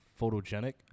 photogenic